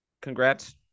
congrats